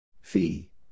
Fee